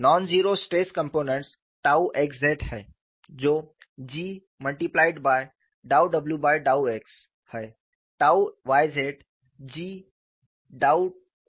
non zero stress components tau xz हैं जो G ∂w ∂x tau yz G ∂w ∂y हैं